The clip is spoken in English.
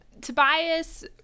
tobias